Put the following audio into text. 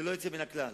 ללא יוצא מן הכלל.